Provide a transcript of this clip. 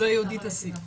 זה יהודית אסף.